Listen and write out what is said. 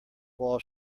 wall